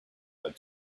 out